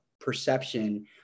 perception